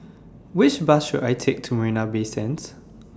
Which Bus should I Take to Marina Bay Sands